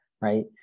right